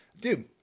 Dude